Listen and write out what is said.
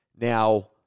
Now